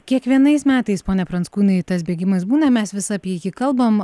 kiekvienais metais pone pranckūnai tas bėgimas būna mes vis apie jį kalbam